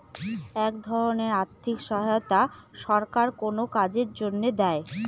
এক ধরনের আর্থিক সহায়তা সরকার কোনো কাজের জন্য দেয়